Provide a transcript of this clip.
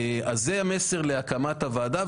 אז זה המסר להקמת הוועדה.